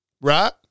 Right